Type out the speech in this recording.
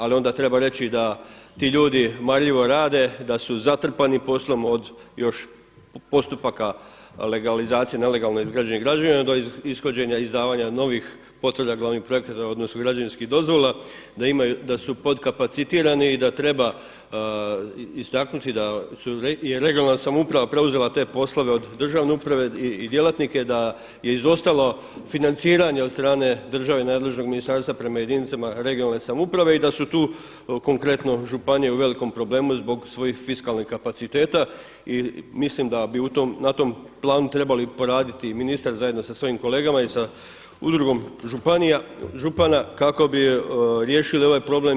Ali onda treba reći da ti ljudi marljivo rade, da su zatrpani poslom još od postupaka legalizacije nelegalno izgrađenih građevina do ishođenja i izdavanja novih potvrda glavnih projekata odnosno građevinskih dozvola, da su podkapacitirani i da treba istaknuti je regionalna samouprava preuzela te poslove od državne uprave i djelatnike, da je izostalo financiranje od strane države i nadležnog ministarstva prema jedinicama regionalne samouprave i da su tu konkretno županije u velikom problemu zbog svojih fiskalnih kapaciteta i mislim da bi na to planu trebali poraditi ministar zajedno sa svojim kolegama i sa udrugom župana kao bi riješio ovaj problem.